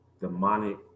demonic